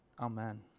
Amen